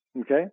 Okay